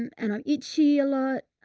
and i'm itchy a lot.